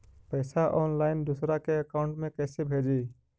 पैसा ऑनलाइन दूसरा के अकाउंट में कैसे भेजी?